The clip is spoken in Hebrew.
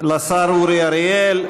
תודה לשר אורי אריאל.